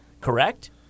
correct